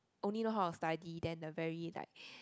only know how to study then the very like